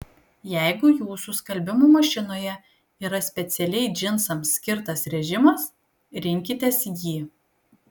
jeigu jūsų skalbimo mašinoje yra specialiai džinsams skirtas režimas rinkitės jį